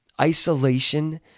Isolation